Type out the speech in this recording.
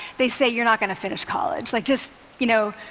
they say, you're not going to finish college. like just, you know,